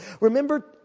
Remember